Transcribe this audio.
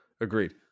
Agreed